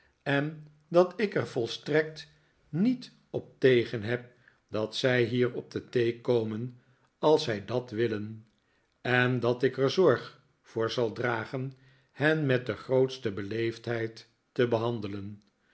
en dat ik er volstrekt niet op tegen heb dat zij hier op de thee komen als zij dat willen en dat ik er zorg voor zal dragen hen met de grootste beleefdheid te behandelen